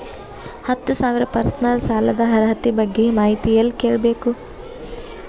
ಹತ್ತು ಸಾವಿರ ಪರ್ಸನಲ್ ಸಾಲದ ಅರ್ಹತಿ ಬಗ್ಗೆ ಮಾಹಿತಿ ಎಲ್ಲ ಕೇಳಬೇಕು?